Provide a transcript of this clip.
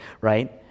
right